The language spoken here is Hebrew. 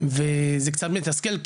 וזה קצת מתסכל,